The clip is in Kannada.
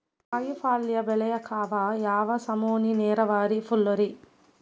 ಕಾಯಿಪಲ್ಯ ಬೆಳಿಯಾಕ ಯಾವ ನಮೂನಿ ನೇರಾವರಿ ಛಲೋ ರಿ?